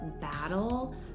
battle